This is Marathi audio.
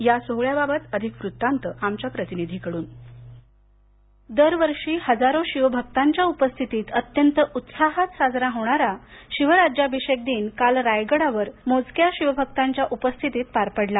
या सोहळ्याबाबत अधिक वृत्तांत आमच्या प्रतिनिधीकडून दरवर्षी हजारो शिवभक्तांच्या उपस्थितीत अत्यंत उत्साहात साजरा होणारा शिवराज्याभिषेक दिन काल रायगडावर मोजक्या शिवभक्तांच्या उपस्थितीत पार पडला